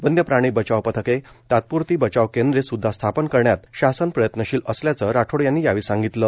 वन्यप्राणी बचाव पथके तात्प्रती बचाव केंद्रे सुदधा स्थापन करण्यात शासन प्रयत्नशील असल्याचं राठोड यांनी यावेळी सांगितलं